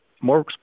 more